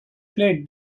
play